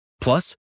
Plus